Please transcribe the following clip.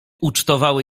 ucztowały